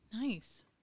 Nice